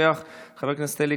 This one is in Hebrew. חבר הכנסת ישראל אייכלר,